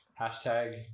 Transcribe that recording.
Hashtag